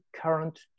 current